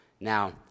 Now